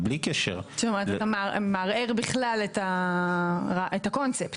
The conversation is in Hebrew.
אתה מערער בכלל את הקונספט.